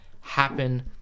happen